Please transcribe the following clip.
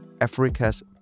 Africa's